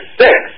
six